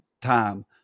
time